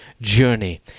journey